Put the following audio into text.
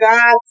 God